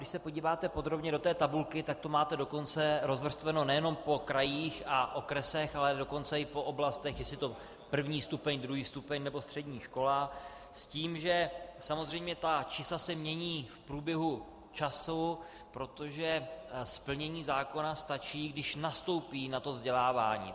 Když se podíváte podrobně do tabulky, tak to máte dokonce rozvrstveno nejenom po krajích a okresech, ale dokonce i po oblastech, jestli je to I. stupeň, II. stupeň nebo střední škola, s tím, že samozřejmě čísla se mění v průběhu času, protože ke splnění zákona stačí, když nastoupí na to vzdělávání.